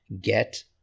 get